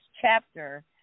chapter